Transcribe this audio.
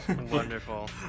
Wonderful